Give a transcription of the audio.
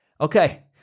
Okay